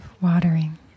Watering